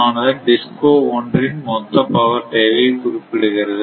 ஆனது DISCO 1 இன் மொத்த பவர் தேவையை குறிப்பிடுகிறது